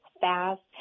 fast